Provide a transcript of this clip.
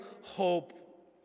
hope